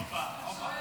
לפספס.